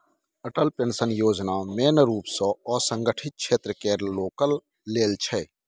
Atal pension Yojana मेन रुप सँ असंगठित क्षेत्र केर लोकक लेल छै